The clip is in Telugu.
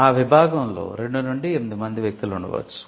ఆ విభాగంలో 2 నుండి 8 మంది వ్యక్తులు ఉండవచ్చు